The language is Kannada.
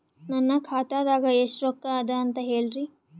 ನನ್ನ ಖಾತಾದಾಗ ಎಷ್ಟ ರೊಕ್ಕ ಅದ ಅಂತ ಹೇಳರಿ?